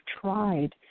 tried